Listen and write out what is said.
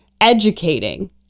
educating